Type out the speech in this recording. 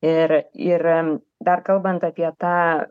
ir ir dar kalbant apie tą